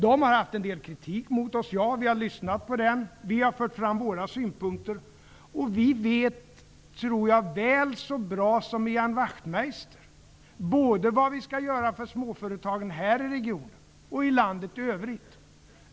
De har riktat en del kritik mot oss, och vi har lyssnat på den. Vi har också fört fram våra synpunkter. Vi vet, väl så bra som Ian Wachtmeister, både vad som bör göras för småföretagen här i regionen och i landet i övrigt.